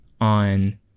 on